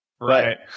Right